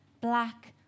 black